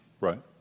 Right